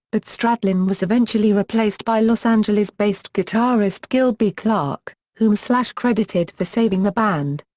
but stradlin was eventually replaced by los angeles-based guitarist gilby clarke, whom slash credited for saving the band.